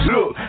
Look